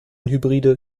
hybride